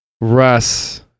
Russ